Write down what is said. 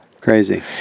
Crazy